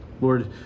Lord